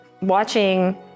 watching